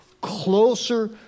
closer